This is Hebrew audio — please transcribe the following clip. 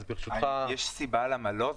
יש סיבה למה לא?